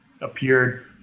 appeared